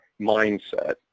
mindset